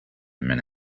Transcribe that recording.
minute